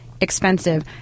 expensive